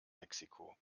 mexiko